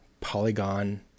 Polygon